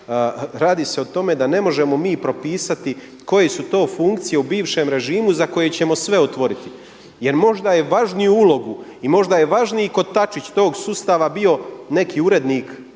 radi se o tome da ne možemo mi propisati koje su to funkcije u bivšem režimu za koje ćemo sve otvoriti. Jer možda je važniju ulogu i možda je važniji kotačić tog sustava bio neki urednik